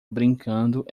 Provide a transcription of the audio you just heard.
brincando